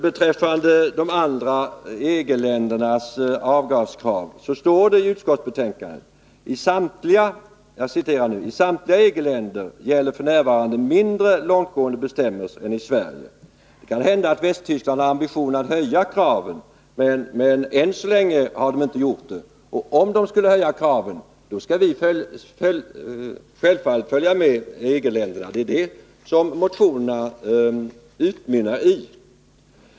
Beträffande EG-ländernas avgaskrav står det i utskottsbetänkandet: ”I samtliga EG-länder gäller f.n. mindre långtgående bestämmelser än i Sverige.” Det kan hända att Västtyskland har ambitionen att höja kraven, men än så länge har man inte gjort det. Och om EG-länderna skulle höja kraven skall vi självfallet följa med; det är det som motionerna utmynnar i.